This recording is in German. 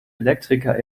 elektriker